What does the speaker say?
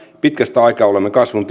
pitkästä aikaa olemme kasvun